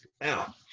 Now